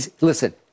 Listen